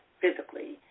physically